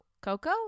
Coco